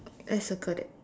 let's circle that